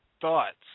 thoughts